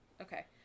Okay